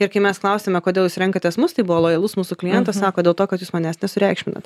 ir kai mes klausėme kodėl jūs renkatės mus tai buvo lojalus mūsų klientas sako dėl to kad jūs manęs nesureikšminat